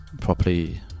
properly